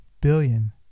billion